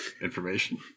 information